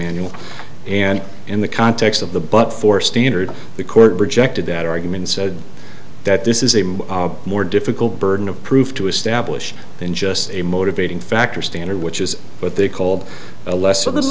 manual and in the context of the but for standard the court rejected that argument said that this is a more difficult burden of proof to establish than just a motivating factor standard which is what they called a lesser the